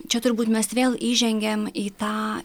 čia turbūt mes vėl įžengiam į tą